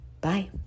Bye